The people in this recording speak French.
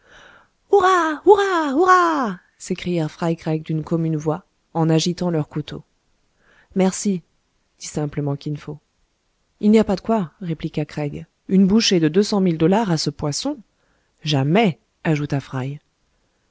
s'écrièrent fry craig d'une commune voix en agitant leurs couteaux merci dit simplement kin fo il n'y a pas de quoi répliqua craig une bouchée de deux cent mille dollars à ce poisson jamais ajouta fry